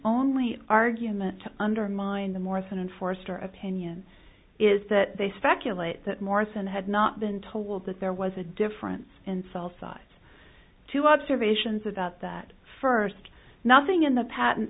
only argument to undermine the morrison and forester opinion is that they speculate that morrison had not been told that there was a difference in cell size to observations about that first nothing in the patent